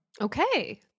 Okay